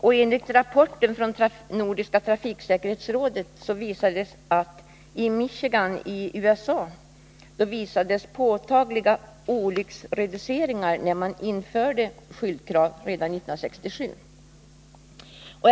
Och enligt rapporten från Nordiska trafiksäkerhetsrådet uppvisades i Michigan i USA påtagliga olycksreduceringar när man redan 1967 införde skyltkrav.